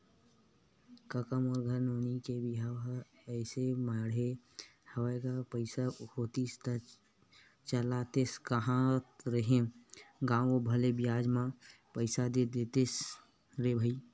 कका मोर घर नोनी के बिहाव ह एसो माड़हे हवय गा पइसा होतिस त चलातेस कांहत रेहे हंव गो भले बियाज म पइसा दे देतेस रे भई